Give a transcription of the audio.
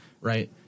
right